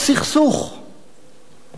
תירגע,